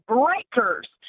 breakers